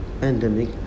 pandemic